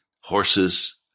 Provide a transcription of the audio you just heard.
horses